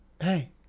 hey